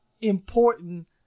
important